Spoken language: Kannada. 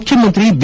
ಮುಖ್ಯಮಂತ್ರಿ ಬಿ